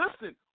Listen